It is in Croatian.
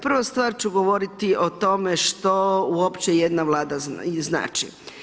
Prva stvar ću govoriti o tome što uopće jedna Vlada znači.